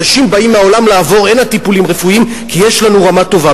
אנשים באים הנה מהעולם לעבור טיפולים רפואיים כי יש לנו רמה טובה.